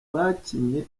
bakinnye